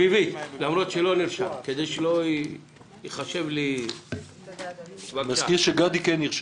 אני לא אחזור על הדברים, אני מסכימה עם כל מילה.